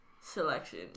selection